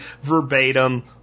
verbatim